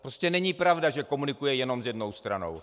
Prostě není pravda, že komunikuji jenom s jednou stranou.